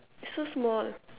so small